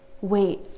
wait